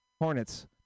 Hornets